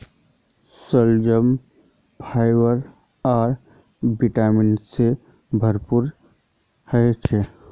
शलजम फाइबर आर विटामिन से भरपूर ह छे